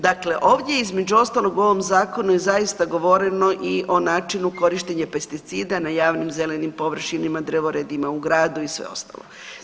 Dakle, ovdje između ostalog u ovom zakonu je zaista govoreno i o načinu korištenja pesticida na javnim zelenim površinama, drvoredima u gradu i sve ostalo.